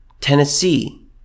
Tennessee